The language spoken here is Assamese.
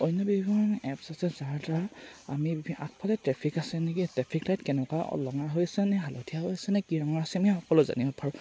অন্য বিভিন্ন এপছ আছে যাৰ দ্বাৰা আমি আগফালে ট্ৰেফিক আছে নেকি ট্ৰেফিক লাইট কেনেকুৱা ৰঙা হৈ আছেনে হালধীয়া হৈ আছেনে কি ৰঙৰ হৈ আছে আমি সকলো জানিব পাৰোঁ